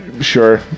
sure